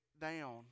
down